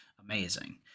amazing